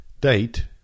date